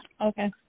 Okay